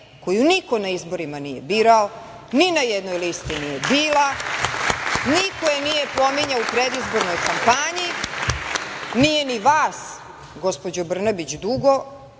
koju niko na izborima nije birao, ni na jednoj listi nije bila, niko je nije pominjao u predizbornoj kampanji, nije ni vas, gospođo Brnabić dugo,